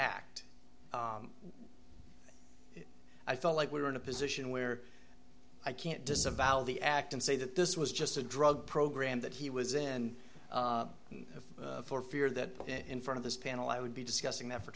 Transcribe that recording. act i felt like we were in a position where i can't disavow the act and say that this was just a drug program that he was in for fear that in front of this panel i would be discussing that for